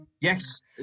Yes